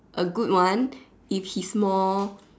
A good one if he's more